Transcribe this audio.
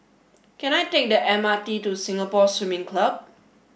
can I take the M R T to Singapore Swimming Club